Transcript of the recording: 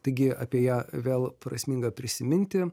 taigi apie ją vėl prasminga prisiminti